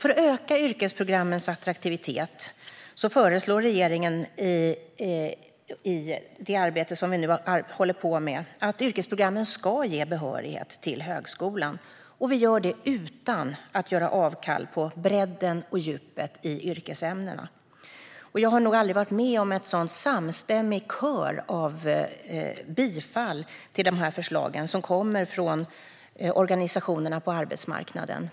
För att öka yrkesprogrammens attraktivitet föreslår regeringen att yrkesprogrammen ska ge behörighet till högskolan, och det gör vi utan att göra avkall på bredden och djupet i yrkesämnena. Jag har nog aldrig varit med om en så samstämmig kör av bifall till dessa förslag. Bifallen kommer från organisationerna på arbetsmarknaden.